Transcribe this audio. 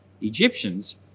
Egyptians